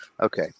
Okay